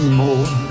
more